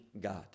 God